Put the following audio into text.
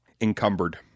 encumbered